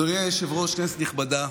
אדוני היושב-ראש, כנסת נכבדה,